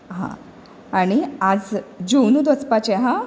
हां आनी आज जेवणूच वचपाचें हां